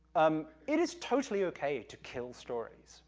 um, it is totally okay to kill stories,